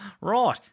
Right